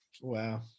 Wow